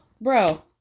bro